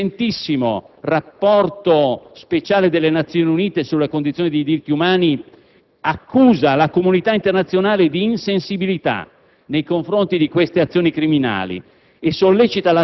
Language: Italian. Per questi motivi così importanti e delicati, io avrei preferito qui anche la presenza del Ministro. Signor Presidente, vorrei spendere qualche parola per illustrare il mio ordine del giorno.